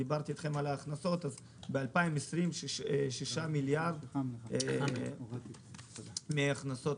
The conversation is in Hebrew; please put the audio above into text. דיברתי איתכם על ההכנסות אז ב-2020 היו 6 מיליארד שקלים הכנסות